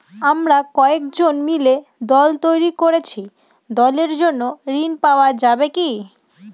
আমরা কয়েকজন মিলে দল তৈরি করেছি দলের জন্য ঋণ পাওয়া যাবে কি?